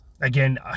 again